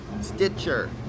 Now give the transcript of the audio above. Stitcher